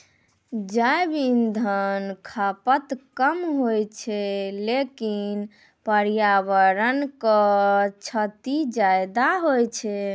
जैव इंधन खपत कम होय छै लेकिन पर्यावरण क क्षति ज्यादा होय छै